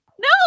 no